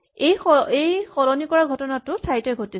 এই সলনি কৰা ঘটনাটো ঠাইতে ঘটিছে